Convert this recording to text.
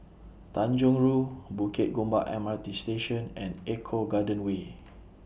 Tanjong Rhu Bukit Gombak M R T Station and Eco Garden Way